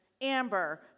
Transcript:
Amber